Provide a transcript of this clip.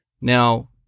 Now